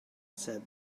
said